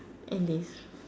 end this